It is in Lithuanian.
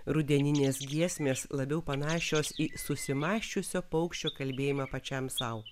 rudeninės giesmės labiau panašios į susimąsčiusio paukščio kalbėjimą pačiam sau